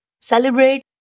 celebrate